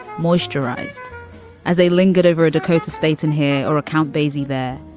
moisturized as they lingered over a dakota state in here, or a count basie there.